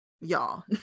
y'all